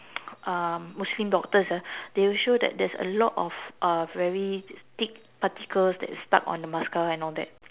um Muslim doctors ah they will show that there's a lot of uh very thick particles that's stuck on the mascara and all that